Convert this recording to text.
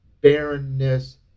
barrenness